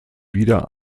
wieder